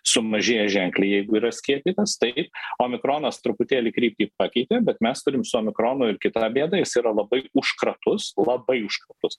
sumažėja ženkliai jeigu yra skiepytas taip omikronas truputėlį kryptį pakeitė bet mes turim su omikronu ir kitą bėdą jis yra labai užkratus labai užkratus